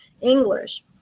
English